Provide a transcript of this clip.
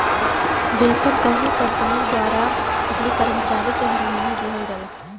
वेतन कउनो कंपनी द्वारा अपने कर्मचारी के हर महीना दिहल जाला